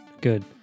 Good